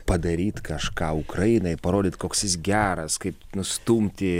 padaryt kažką ukrainai parodyt koks jis geras kaip nustumti